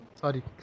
Sorry